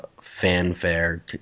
fanfare